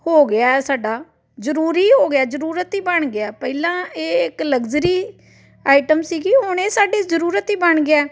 ਹੋ ਗਿਆ ਸਾਡਾ ਜ਼ਰੂਰੀ ਹੋ ਗਿਆ ਜ਼ਰੂਰਤ ਹੀ ਬਣ ਗਿਆ ਪਹਿਲਾਂ ਇਹ ਇੱਕ ਲਗਜ਼ਰੀ ਆਈਟਮ ਸੀਗੀ ਹੁਣ ਇਹ ਸਾਡੀ ਜ਼ਰੂਰਤ ਹੀ ਬਣ ਗਿਆ